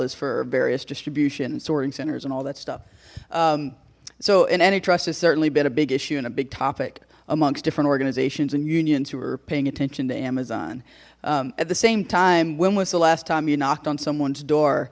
as for various distribution and sorting centers and all that stuff so in any trust has certainly been a big issue and a big topic amongst different organizations and unions who are paying attention to amazon at the same time when was the last time you knocked on someone's door